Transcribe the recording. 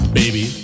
baby